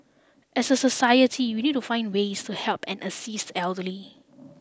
as a society we need to find ways to help and assist the elderly